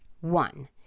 One